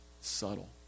Subtle